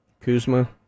Kuzma